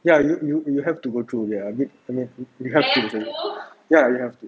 ya you you you have to go through ya I mean I mean go through ya you have to